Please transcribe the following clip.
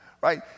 right